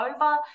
over